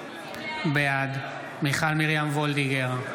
בעד מיכל מרים וולדיגר,